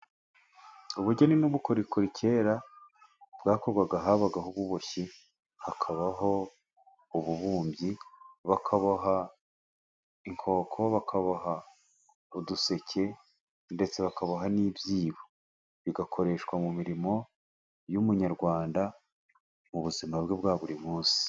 Ubugeni n’ubukorikori, kera bwakorwaga habagaho ububoshyi, hakabaho ububumbyi. Bakaboha inkoko, bakaboha uduseke, ndetse bakaboha n’ibyibo, bigakoreshwa mu mirimo y’Umunyarwanda mu buzima bwe bwa buri munsi.